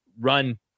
run